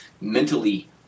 mentally